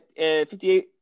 58